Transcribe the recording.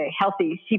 healthy